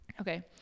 Okay